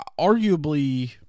arguably